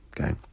okay